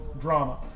drama